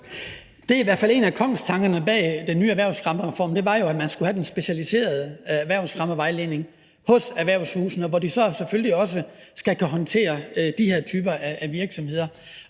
Det var i hvert fald en af kongstankerne bag den nye erhvervsfremmereform, at man skulle have den specialiserede erhvervsfremmevejledning hos erhvervshusene, hvor de så selvfølgelig også skal kunne håndtere de her typer af virksomheder.